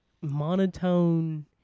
monotone